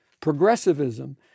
progressivism